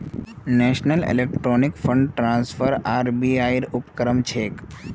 national electronic fund transfer RBI ऐर उपक्रम छेक